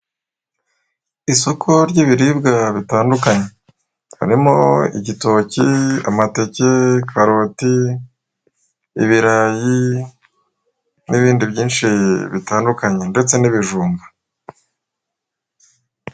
Isoko ry'ibiribwa bitandukanye, harimo igitoki, amateke, karoti, ibirayi n'ibindi byinshi bitandukanye ndetse n'ibijumba.